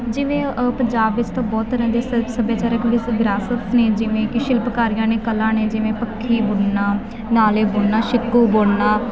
ਜਿਵੇਂ ਪੰਜਾਬ ਵਿੱਚ ਤਾਂ ਬਹੁਤ ਤਰ੍ਹਾਂ ਦੇ ਸ ਸੱਭਿਆਚਾਰਿਕ ਵਿਸ ਵਿਰਾਸਤ ਨੇ ਜਿਵੇਂ ਕਿ ਸ਼ਿਲਪਕਾਰੀਆਂ ਨੇ ਕਲਾ ਨੇ ਜਿਵੇਂ ਪੱਖੀ ਬੁਣਨਾ ਨਾਲੇ ਬੁਣਨਾ ਛਿੱਕੂ ਬੁਣਨਾ